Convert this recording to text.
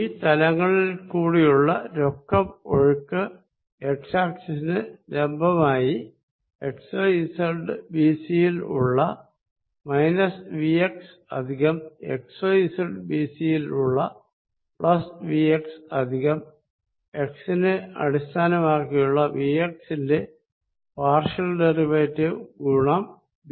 ഈ തലങ്ങളിൽ കൂടിയുള്ള നെറ്റ് ഫ്ലോ x ആക്സിസിനു പെർപെൻഡികുലറായി xyz bc യിൽ ഉള്ള vx പ്ലസ് xyz bc യിൽ ഉള്ള vx പ്ലസ് x നെ അടിസ്ഥാനമാക്കിയുള്ള vx ന്റെ പാർഷ്യൽ ഡെറിവേറ്റീവ് ഗുണം bc